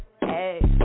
Hey